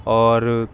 اور